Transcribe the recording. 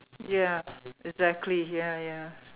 ya exactly ya ya